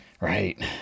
Right